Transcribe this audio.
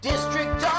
District